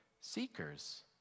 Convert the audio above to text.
seekers